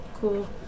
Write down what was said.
cool